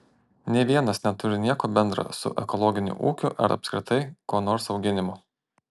nė vienas neturi nieko bendra su ekologiniu ūkiu ar apskritai ko nors auginimu